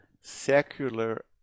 secular